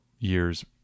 Years